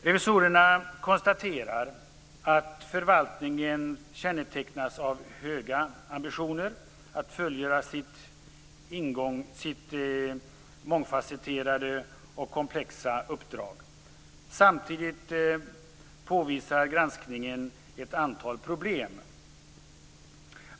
Revisorerna konstaterar att förvaltningen kännetecknas av höga ambitioner att fullgöra sitt mångfacetterade och komplexa uppdrag. Samtidigt påvisar granskningen ett antal problem.